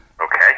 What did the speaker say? Okay